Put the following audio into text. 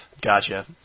Gotcha